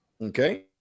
Okay